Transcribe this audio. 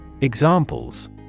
Examples